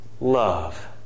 love